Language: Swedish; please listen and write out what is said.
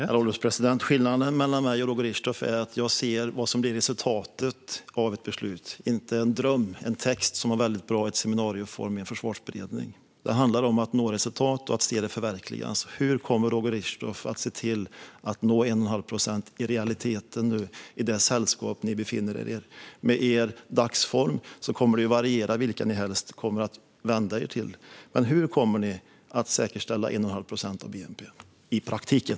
Herr ålderspresident! Skillnaden mellan mig och Roger Richtoff är att jag ser vad som blir resultatet av ett beslut och inte en dröm, en text som var väldigt bra i seminarieform i en försvarsberedning. Det handlar om att nå resultat och att se det förverkligas. Hur kommer Roger Richtoff att se till att nå 1,5 procent i realiteten i det sällskap ni befinner er i? Med er dagsform kommer det ju att variera vilka ni helst kommer att vända er till. Hur kommer ni att säkerställa 1,5 procent av bnp i praktiken?